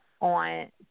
on